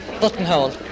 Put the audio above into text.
buttonhole